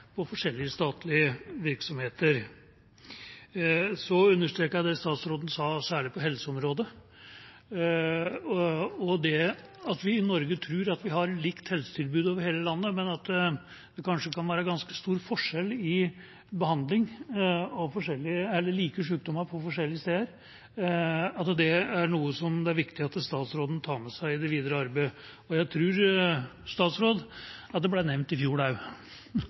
på forskjellige statlige virksomheter. Jeg vil understreke det statsråden sa, særlig om helseområdet, om at vi i Norge tror at det er likt helsetilbud over hele landet, men at det kan være ganske stor forskjell i behandlingen av like sykdommer på forskjellige steder. Det er det viktig at statsråden tar med seg i det videre arbeidet. Jeg tror det ble nevnt i fjor også. Apropos nevnt i fjor: